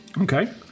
Okay